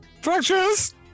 Fractures